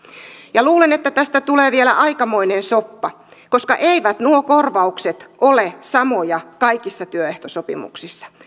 ja luulen että tästä tulee vielä aikamoinen soppa koska eivät nuo korvaukset ole samoja kaikissa työehtosopimuksissa